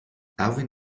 erwin